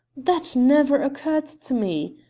that never occurred to me.